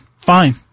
fine